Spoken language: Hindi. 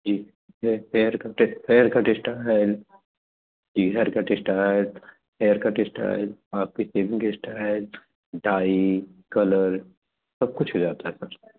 जी हेयर कट हेयर कट इस्टा हेयर जी hair cut style hair cut style आपकी सेविंग की स्टाइल डाई कलर सब कुछ हो जाता है सर